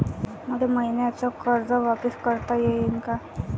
मले मईन्याचं कर्ज वापिस करता येईन का?